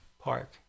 Park